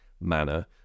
manner